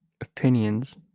opinions